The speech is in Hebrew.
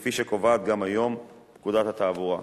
כפי שקובעת גם היום פקודת התעבורה,